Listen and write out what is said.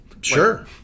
sure